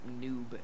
noob